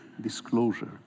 disclosure